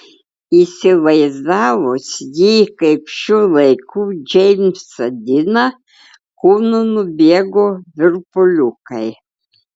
įsivaizdavus jį kaip šių laikų džeimsą diną kūnu nubėgo virpuliukai